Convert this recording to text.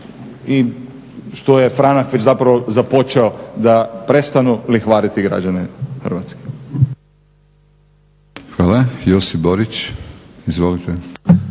i što je "FRANAK" već zapravo započeo da prestanu lihvariti građane Hrvatske. **Leko, Josip (SDP)** Hvala.